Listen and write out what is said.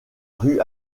rue